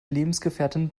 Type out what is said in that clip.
lebensgefährtin